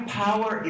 power